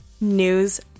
news